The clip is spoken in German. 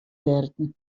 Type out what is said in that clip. werden